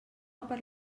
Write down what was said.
per